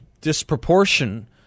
disproportion